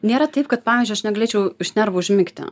nėra taip kad pavyzdžiui aš negalėčiau iš nervų užmigti